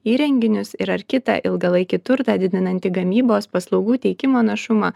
įrenginius ir ar kitą ilgalaikį turtą didinantį gamybos paslaugų teikimo našumą